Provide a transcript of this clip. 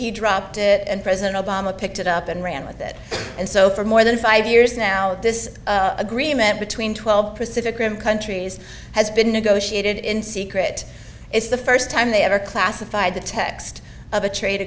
he dropped it and resident obama picked it up and ran with it and so for more than five years now this agreement between twelve presidio countries has been negotiated in secret it's the first time they ever classified the text of a trade